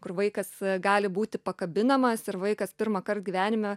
kur vaikas gali būti pakabinamas ir vaikas pirmąkart gyvenime